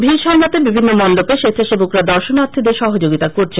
ভীড সামলাতে বিভিন্ন মন্ডপে স্বেচ্ছাসেবকরা দর্শনার্থীদের সহযোগিতা করছেন